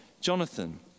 Jonathan